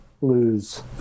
lose